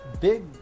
big